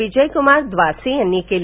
विजयकुमार द्वासे यांनी केलं